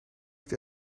niet